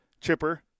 Chipper